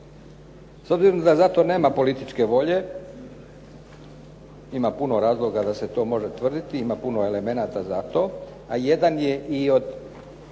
S obzirom da za to nema političke volje ima puno razloga da se to može tvrditi, ima puno elemenata za to a jedan je i od